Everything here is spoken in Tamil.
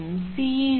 எனவே rஎன்பது 1